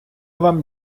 вам